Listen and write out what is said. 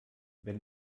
wenn